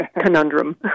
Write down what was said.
conundrum